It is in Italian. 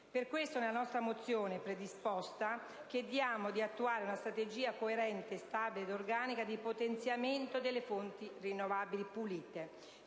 Per questo nella nostra mozione chiediamo di attuare una strategia coerente, stabile ed organica di potenziamento delle fonti rinnovabili pulite.